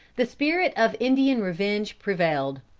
the spirit of indian revenge prevailed.